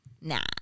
Nah